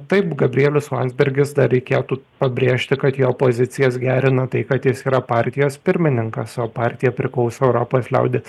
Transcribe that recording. taip gabrielius landsbergis dar reikėtų pabrėžti kad jo pozicijas gerina tai kad jis yra partijos pirmininkas o partija priklauso europos liaudies